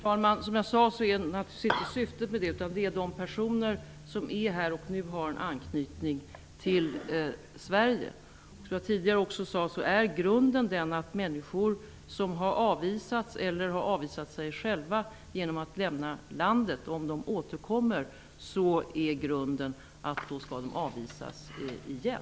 Herr talman! Som jag sade är detta naturligtvis inte syftet. Beslutet gäller de personer som är här nu och har anknytning till Sverige. Som jag sade också tidigare är grunden att människor som har avvisats eller har avvisat sig själva genom att lämna landet skall avvisas igen om de återkommer.